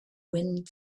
wind